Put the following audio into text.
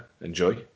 Enjoy